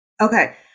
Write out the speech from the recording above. Okay